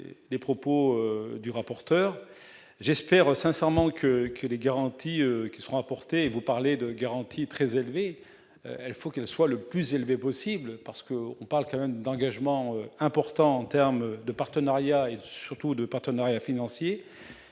des propos du rapporteur, j'espère sincèrement que que les garanties qui seront apportées vous parler de garanties très élevé, il faut qu'il soit le plus élevé possible parce que on parle quand même d'engagement important, terme de partenariat et surtout de partenariat financier